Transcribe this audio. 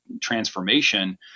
transformation